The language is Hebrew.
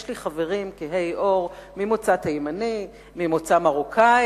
יש לי חברים כהי עור ממוצא תימני, ממוצא מרוקני,